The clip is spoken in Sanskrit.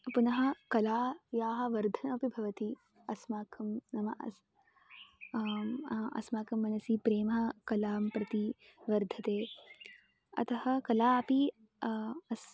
पुनः कलायाः वर्धनमपि भवति अस्माकं नाम अस् अस्माकं मनसि प्रमा कलां प्रति वर्धते अतः कला अपि अस्